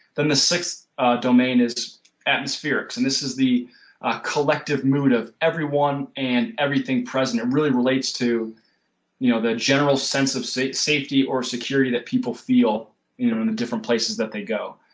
then the sixth domain is atmosphere and this is the ah collective mood of everyone and everything present. it really relates to you know the general sense of safety or security that people feel in the different places that they go.